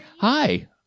Hi